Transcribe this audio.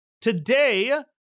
Today